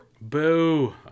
boo